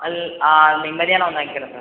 அல் ஆ இன்றைக்கு மத்தியானம் வந்து வாங்கிக்கிறேன் சார்